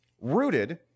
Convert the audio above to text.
Rooted